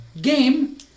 game